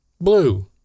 Blue